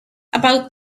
about